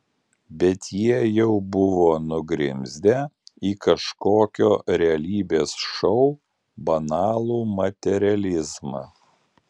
bet jie jau buvo nugrimzdę į kažkokio realybės šou banalų materializmą